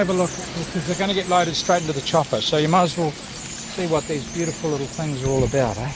ah look because they're going to get loaded straight into the chopper, so you might as well see what these beautiful little things are all about.